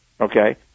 okay